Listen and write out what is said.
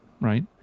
Right